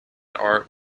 art